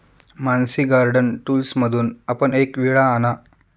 Mansi garden टूल्समधून आपण एक विळा आणा